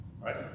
Right